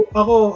ako